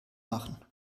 machen